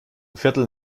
viertel